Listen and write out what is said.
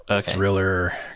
thriller